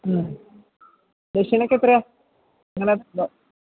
ഉം ദക്ഷിണയ്ക്ക് എത്രയാ നിങ്ങളുടെ ഇത്